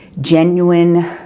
genuine